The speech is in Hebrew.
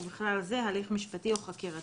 ובכלל זה הליך משפטי או חקירתי.